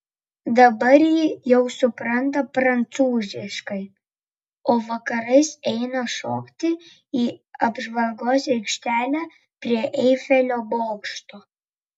dabar ji jau supranta prancūziškai o vakarais eina šokti į apžvalgos aikštelę prie eifelio bokšto